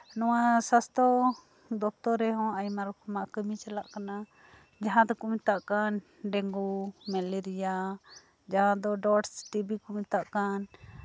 ᱱᱚᱶᱟ ᱥᱟᱥᱛᱷᱚ ᱫᱚᱯᱛᱚᱨ ᱨᱮᱦᱚᱸ ᱟᱭᱢᱟ ᱨᱚᱠᱚᱢᱟᱜ ᱠᱟᱹᱢᱤ ᱪᱟᱞᱟᱜ ᱠᱟᱱᱟ ᱡᱟᱦᱟᱸ ᱫᱚᱠᱚ ᱢᱮᱛᱟᱜ ᱠᱟᱱ ᱰᱮᱝᱜᱩ ᱢᱮᱞᱮᱨᱤᱭᱟ ᱡᱟᱦᱟᱸ ᱫᱚ ᱰᱚᱴᱥ ᱴᱤ ᱵᱤ ᱠᱚ ᱢᱮᱛᱟᱜ ᱠᱟᱱ